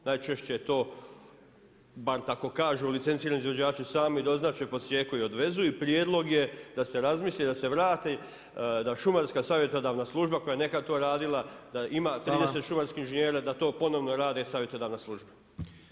Najčešće je to, bar tako kažu licencirani izvođači sami doznače, posijeku i odvezu i prijedlog je da se razmisli, da se vrati, da šumarska savjetodavna služba koja je to nekada radila, da ima 30 šumarskih inženjera, da to ponovno radi savjetodavna služba.